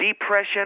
depression